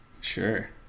Sure